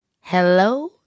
Hello